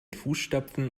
fußstapfen